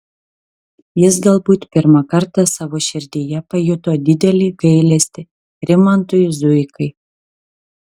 jis galbūt pirmą kartą savo širdyje pajuto didelį gailestį rimantui zuikai